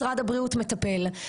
משרד הבריאות מטפל,